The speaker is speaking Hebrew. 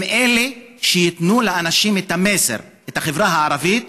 הם שיעבירו לאנשים לחברה הערבית,